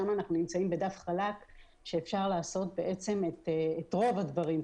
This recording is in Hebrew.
שם אנחנו נמצאים בדף חלק שאפשר לעשות את רוב הדברים.